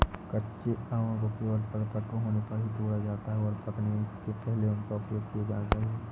कच्चे आमों को केवल परिपक्व होने पर ही तोड़ा जाता है, और पकने से पहले उनका उपयोग किया जाना चाहिए